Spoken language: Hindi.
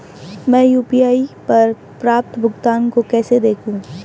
मैं यू.पी.आई पर प्राप्त भुगतान को कैसे देखूं?